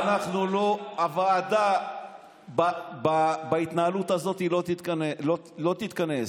הוועדה בהתנהלות הזאת לא תתכנס.